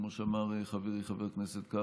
כמו שאמר חברי חבר הכנסת קרעי,